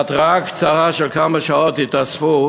בהתראה קצרה של כמה שעות התאספו